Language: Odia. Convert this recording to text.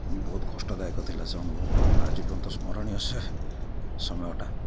ବହୁତ କଷ୍ଟଦାୟକ ଥିଲା ସେ ଅନୁଭବଟା ମୋର ଆଜି ପର୍ଯ୍ୟନ୍ତ ସ୍ମରଣୀୟ ସେ ସମୟଟା